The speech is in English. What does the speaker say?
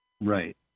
Right